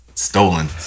Stolen